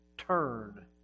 Turn